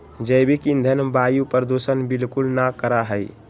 जैविक ईंधन वायु प्रदूषण बिलकुल ना करा हई